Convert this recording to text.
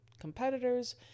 competitors